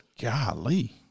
Golly